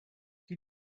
qui